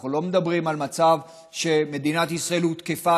אנחנו לא מדברים על מצב שמדינת ישראל הותקפה